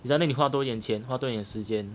你在那里花多一点钱花多一点时间